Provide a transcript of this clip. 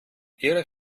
ihrer